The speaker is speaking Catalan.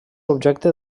objecte